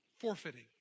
forfeiting